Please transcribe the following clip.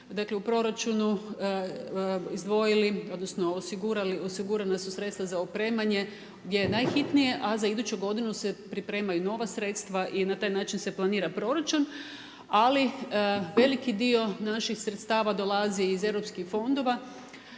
dakle u proračunu izdvojili, odnosno osigurali, osigurana su sredstva za opremanje gdje je najhitnije a za iduću godinu se pripremaju nova sredstva i na taj način se planira proračun. Ali veliki dio naših sredstava dolazi iz europskih fondova.